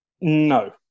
No